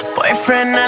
Boyfriend